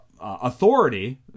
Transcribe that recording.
authority